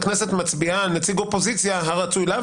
הכנסת מצביעה על נציג אופוזיציה הרצוי לה,